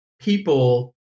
people